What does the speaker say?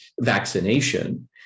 vaccination